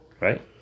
Right